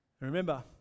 Remember